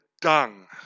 Dung